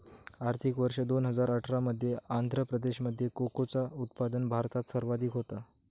आर्थिक वर्ष दोन हजार अठरा मध्ये आंध्र प्रदेशामध्ये कोकोचा उत्पादन भारतात सर्वाधिक होता